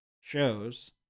shows